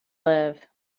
live